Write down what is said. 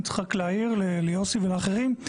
אני צריך רק להעיר ליוסי ולאחרים.